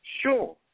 Sure